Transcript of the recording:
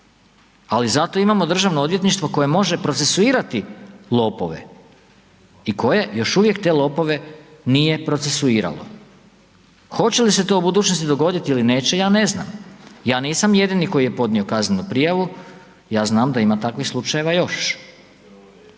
Ali zato imamo državno odvjetništvo koje može procesuirati lopove i koje još uvijek te lopove nije procesuiralo, hoće li se to u budućnosti dogoditi ili neće, ja ne znam, ja nisam jedini koji je podnio kaznenu prijavu, ja znam da ima takvih slučajeva još.